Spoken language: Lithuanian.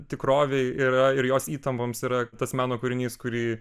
tikrovei yra ir jos įtampoms yra tas meno kūrinys kurį